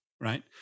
right